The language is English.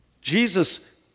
Jesus